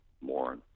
more